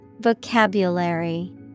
Vocabulary